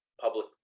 public